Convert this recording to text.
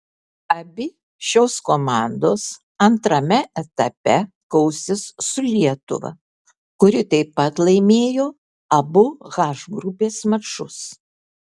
abi šios komandos antrame etape kausis su lietuva kuri taip pat laimėjo abu h grupės mačus